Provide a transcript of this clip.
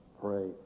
pray